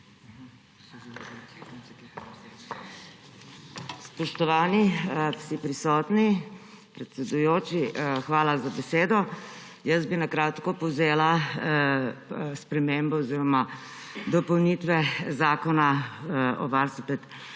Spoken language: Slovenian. Spoštovani vsi prisotni! Predsedujoči, hvala za besedo. Jaz bi na kratko povzela spremembe oziroma dopolnitve zakona o varstvu